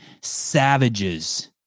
savages